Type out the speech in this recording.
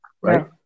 right